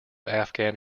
afghan